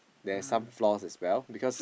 there's some flaw as well because